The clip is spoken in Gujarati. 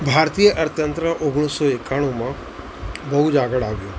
ભારતીય અર્થતંત્ર ઓગણીસો એક્કાણુંમાં બહુ જ આગળ આવ્યું